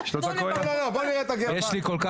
הרבה זמן.